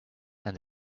and